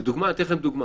אני אתן דוגמה,